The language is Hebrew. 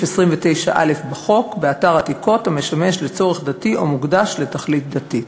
29(א) בחוק באתר עתיקות המשמש לצורך דתי או מוקדש לתכלית דתית.